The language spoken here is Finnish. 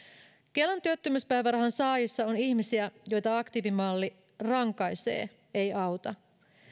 kelan työttömyyspäivärahan saajissa on ihmisiä joita aktiivimalli rankaisee ei auta